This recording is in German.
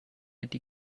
nette